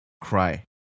cry